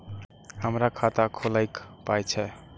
हमर खाता खौलैक पाय छै